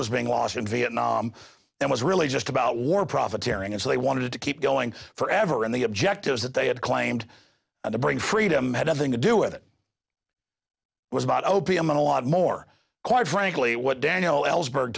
was being lost in vietnam that was really just about war profiteering and so they wanted to keep going forever and the objectives that they had claimed to bring freedom had nothing to do with it was about opium and a lot more quite frankly what daniel ellsberg